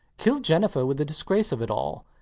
kill jennifer with the disgrace of it all.